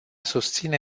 susține